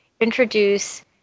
introduce